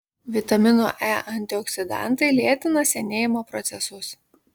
vitamino e antioksidantai lėtina senėjimo procesus